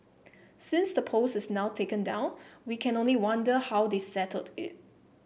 since the post is now taken down we can only wonder how they settled it